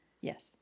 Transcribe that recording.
Yes